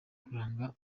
kuranga